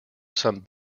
some